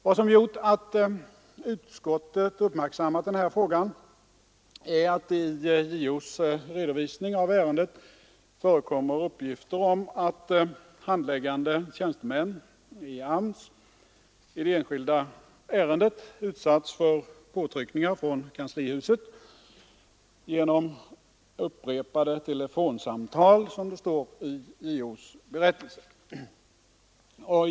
Vad som gjort att utskottet uppmärksammat den här frågan är att det i JO:s redovisning av ärendet förekommer uppgifter om att handläggande tjänstemän i AMS i det enskilda ärendet utsatts för påtryckningar från kanslihuset — genom ”upprepade telefonsamtal”, som det står i JO:s berättelse.